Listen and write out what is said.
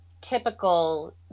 typical